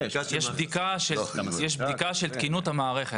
יש בדיקה של תקינות המערכת.